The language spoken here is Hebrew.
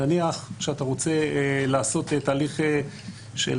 נניח שאתה רוצה לעשות תהליך של,